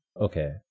Okay